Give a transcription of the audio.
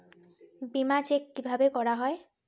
বিমা চেক কিভাবে করা হয়?